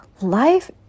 life